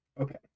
Okay